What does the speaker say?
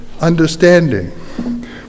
understanding